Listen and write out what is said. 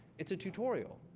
it's a tutorial.